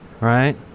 right